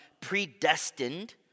predestined